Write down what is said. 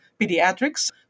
pediatrics